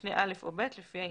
משנה (א) או (ב), לפי העניין."